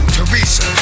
Teresa